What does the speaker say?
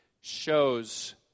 shows